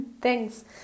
Thanks